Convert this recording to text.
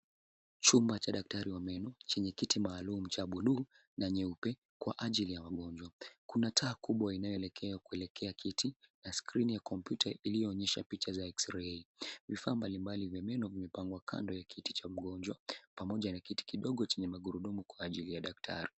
Chumba cha daktari wa meno, chenye kiti maalum cha bluu na nyeupe kwa ajili ya wagonjwa. Kuna taa kubwa inayoelekea kuelekea kiti, na skrini ya kompyuta iliyoonyesha picha za X-ray . Vifaa mbalimbali vya meno vimepangwa kando ya kiti cha mgonjwa, pamoja na kiti kidogo chenye magurudumu kwa ajili ya daktari.